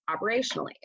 operationally